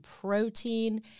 protein